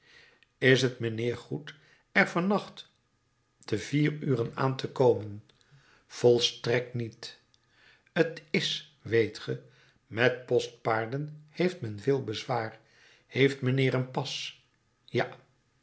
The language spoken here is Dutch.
is t mijnheer goed er van nacht te vier uren aan te komen volstrekt niet t is weet ge met postpaarden heeft het veel bezwaar heeft mijnheer een pas ja